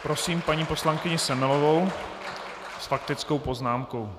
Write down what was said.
Prosím paní poslankyni Semelovou s faktickou poznámkou.